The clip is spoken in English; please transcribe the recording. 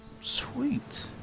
Sweet